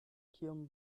kiom